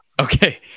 Okay